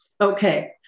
Okay